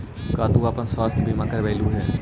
का तू अपन स्वास्थ्य बीमा करवलू हे?